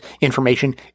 information